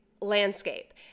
landscape